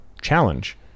challenge